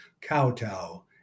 kowtow